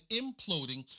imploding